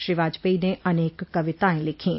श्री वाजपेयी ने अनेक कविताएं लिखीं